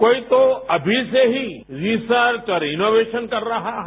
कोई तो अमी से ही रिसर्च और इनोवेशन कर रहा है